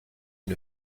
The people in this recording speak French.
une